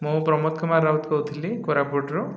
ମୁଁ ପ୍ରମୋଦ କୁମାର ରାଉତ କହୁଥିଲି କୋରାପୁଟରୁ